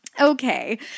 Okay